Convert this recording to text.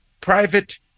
private